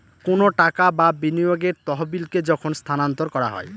কোনো টাকা বা বিনিয়োগের তহবিলকে যখন স্থানান্তর করা হয়